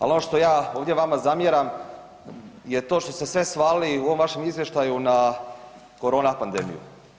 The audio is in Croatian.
Ali ono što ja ovdje vama zamjeram je to što ste svalili u ovom vašem izvještaju na korona pandemiju.